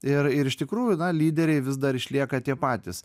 ir ir iš tikrųjų na lyderiai vis dar išlieka tie patys